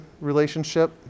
relationship